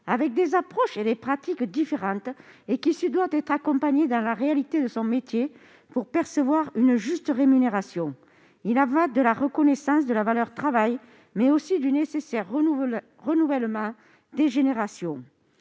avec des approches et des pratiques différentes. Il se doit d'être accompagné dans la réalité de son métier pour percevoir une juste rémunération. Il en va de la reconnaissance de la valeur travail comme du nécessaire renouvellement des générations.